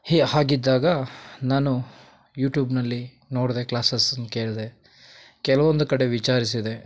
ಹಿ ಹಾಗಿದ್ದಾಗ ನಾನು ಯೂಟ್ಯೂಬ್ನಲ್ಲಿ ನೋಡಿದೆ ಕ್ಲಾಸಸ್ಸನ್ನ ಕೇಳಿದೆ ಕೆಲವೊಂದು ಕಡೆ ವಿಚಾರಿಸಿದೆ